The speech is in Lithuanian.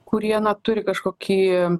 kurie na turi kažkokį